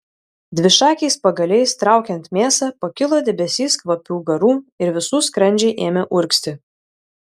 dvišakiais pagaliais traukiant mėsą pakilo debesys kvapių garų ir visų skrandžiai ėmė urgzti